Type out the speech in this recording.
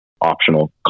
optional